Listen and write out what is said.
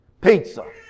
Pizza